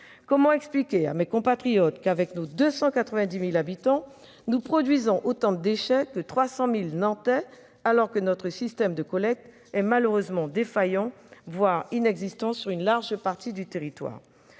Comment expliquer à mes compatriotes qu'avec nos 290 000 habitants nous produisons autant de déchets que 300 000 Nantais, alors que notre système de collecte est malheureusement défaillant, voire inexistant sur une large partie du territoire ?